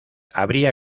habría